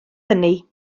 hynny